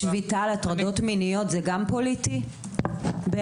שביתה על הטרדות מיניות זה גם פוליטי בעיניך?